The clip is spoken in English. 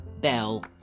bell